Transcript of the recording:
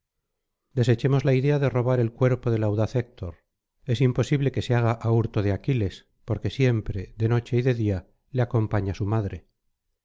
desechemos la idea de robar el cuerpo del audaz héctor es imposible que se haga á hurto de aquiles porque siempre de noche y de día le acompaña su madre